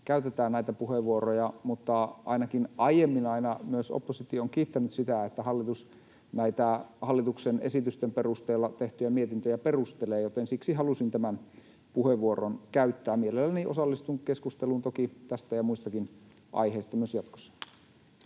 käytetään näitä puheenvuoroja, mutta ainakin aiemmin myös oppositio on aina kiittänyt siitä, että hallitus näitä hallituksen esitysten perusteella tehtyjä mietintöjä perustelee, joten siksi halusin tämän puheenvuoron käyttää. Mielelläni toki osallistun keskusteluun tästä ja muistakin aiheista myös jatkossa.